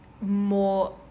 more